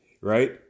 right